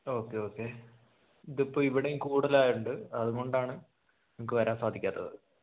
okay okay ഇത് ഇപ്പോൾ ഇവിടേയും കൂടുതലായത് കൊണ്ട് അതുകൊണ്ടാണ് വരാൻ സാധിക്കാത്തത്